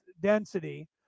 density